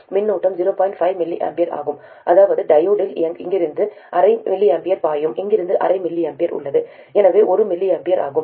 5 mA ஆகும் இரண்டாவது டையோடில் இங்கிருந்து அரை mA பாயும் இங்கிருந்து அரை mA உள்ளது எனவே இது 1 mA ஆகும்